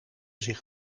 zich